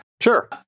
Sure